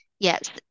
Yes